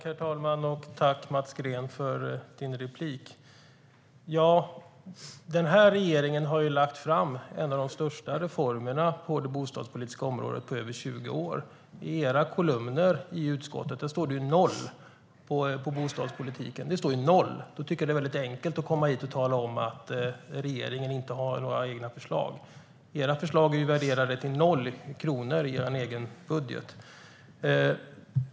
Herr talman! Tack, Mats Green, för din replik! Regeringen har lagt fram en av de största reformerna på det bostadspolitiska området på över 20 år. I era kolumner i utskottet står det noll på bostadspolitiken - noll! Det är väldigt enkelt att komma hit och tala om att regeringen inte har några egna förslag. Era förslag är värderade till 0 kronor i er egen budget.